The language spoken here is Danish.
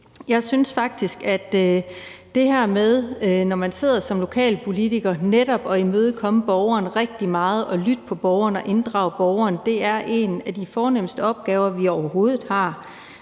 Jeg synes faktisk, at når man sidder som lokalpolitiker, er det med netop at imødekomme borgeren rigtig meget og lytte til borgeren og inddrage borgeren en af de fornemste opgaver, vi overhovedet har.